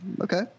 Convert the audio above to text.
okay